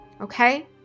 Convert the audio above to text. Okay